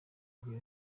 igira